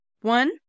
One